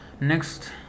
Next